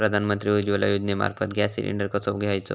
प्रधानमंत्री उज्वला योजनेमार्फत gas cylinder कसो घेऊचो?